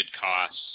costs